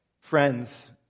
Friends